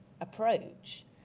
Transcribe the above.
approach